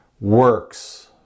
works